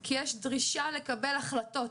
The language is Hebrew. כי יש דרישה לקבל החלטות